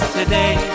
today